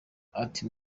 ati